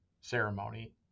ceremony